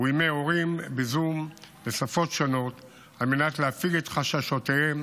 וימי הורים בזום בשפות שונות על מנת להפיג את חששותיהם